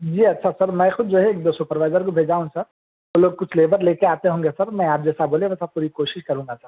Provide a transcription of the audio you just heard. جی اچھا سر میں خود جو ہے ایک دو سپروائزر کو بھیجا ہوں دو سر وہ لوگ کچھ لیبر لے کر آتے ہوں گے سر میں آپ جیسا بولیں ویسا پوری کوشش کروں گا سر